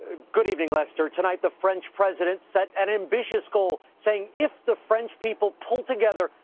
good evening, lester. tonight the french president set an ambitious goal, saying if the french people pull together,